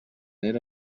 era